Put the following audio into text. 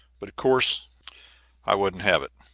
but of course i wouldn't have it.